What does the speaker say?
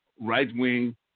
right-wing